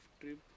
trip